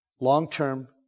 Long-term